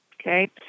Okay